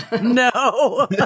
No